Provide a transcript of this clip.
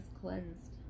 Cleansed